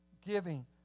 giving